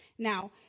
Now